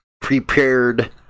prepared